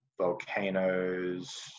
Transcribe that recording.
Volcanoes